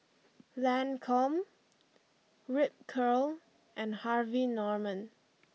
Lancome Ripcurl and Harvey Norman